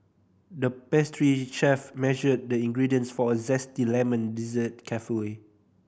the pastry chef measured the ingredients for a zesty lemon dessert carefully